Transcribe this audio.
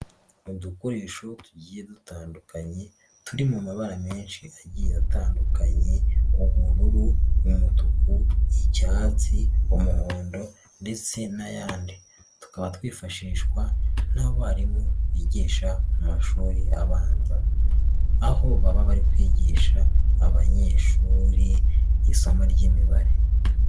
Udukoresho tugiye dutandukanye, turi mu mabara menshi agiye atandukanye, ubururu, umutuku, icyatsi, umuhondo ndetse n'ayandi, tukaba twifashishwa n'abarimu bigisha mu mashuri abanza, aho baba bari kwigisha abanyeshuri isomo ry'imibare.